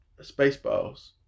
Spaceballs